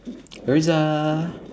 erza